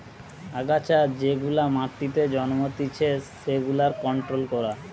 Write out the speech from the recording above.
আগাছা যেগুলা মাটিতে জন্মাতিচে সেগুলার কন্ট্রোল করা